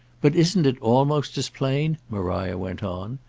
but isn't it almost as plain, maria went on,